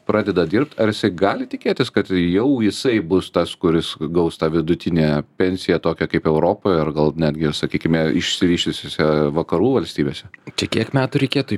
pradeda dirbt ar jisai gali tikėtis kad jau jisai bus tas kuris gaus tą vidutinę pensiją tokią kaip europoj ar gal netgi ir sakykime išsivysčiusiose vakarų valstybėse tai kiek metų reikėtų